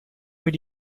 with